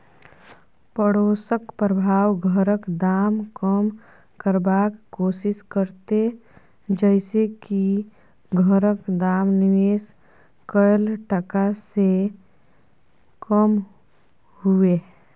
पडोसक प्रभाव घरक दाम कम करबाक कोशिश करते जइसे की घरक दाम निवेश कैल टका से कम हुए